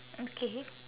okay